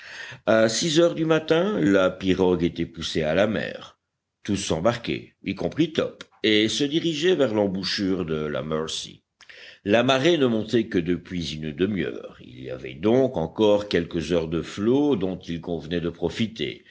à six heures du matin la pirogue était poussée à la mer tous s'embarquaient y compris top et se dirigeaient vers l'embouchure de la mercy la marée ne montait que depuis une demi-heure il y avait donc encore quelques heures de flot dont il convenait de profiter